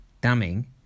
Damming